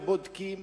ובודקים.